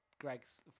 Greg's